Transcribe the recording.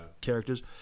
characters